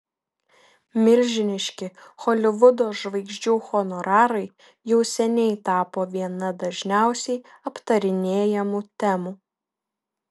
milžiniški holivudo žvaigždžių honorarai jau seniai tapo viena dažniausiai aptarinėjamų temų